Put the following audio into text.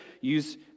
use